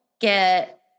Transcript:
get